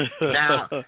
Now